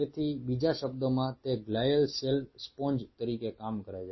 તેથી બીજા શબ્દોમાં તે ગ્લિઅલ સેલ સ્પોન્જ તરીકે કામ કરે છે